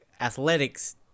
athletics